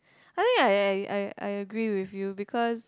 I think I I I I agree with you because